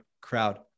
crowd